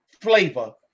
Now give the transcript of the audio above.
Flavor